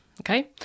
okay